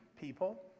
people